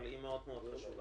אבל היא מאוד מאוד חשובה.